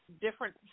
different